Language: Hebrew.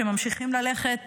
שממשיכים ללכת